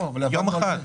יום אחד.